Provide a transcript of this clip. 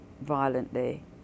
violently